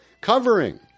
Covering